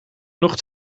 nog